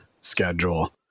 schedule